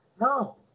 no